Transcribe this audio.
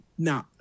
Now